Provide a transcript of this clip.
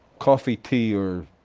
coffee tea or,